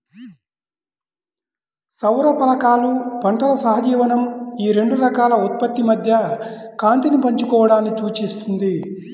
సౌర ఫలకాలు పంటల సహజీవనం ఈ రెండు రకాల ఉత్పత్తి మధ్య కాంతిని పంచుకోవడాన్ని సూచిస్తుంది